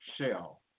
shell